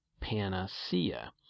panacea